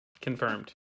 confirmed